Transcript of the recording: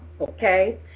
okay